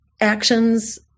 actions